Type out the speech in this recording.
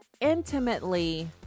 intimately